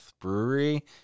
brewery